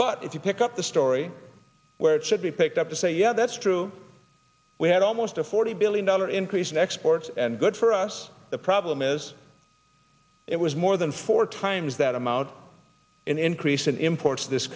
but if you pick up the story where it should be picked up to say yeah that's true we had almost a forty billion dollar increase in exports and good for us the problem is it was more than four times that amount an increase in import